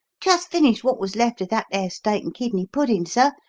jist finished wot was left of that there steak and kidney puddin', sir,